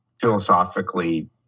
philosophically